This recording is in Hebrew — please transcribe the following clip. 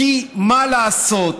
כי מה לעשות?